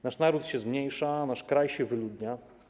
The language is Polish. Nasz naród się zmniejsza, nasz kraj się wyludnia.